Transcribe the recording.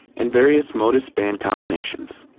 and various modis band combinations.